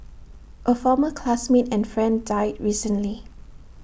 A former classmate and friend died recently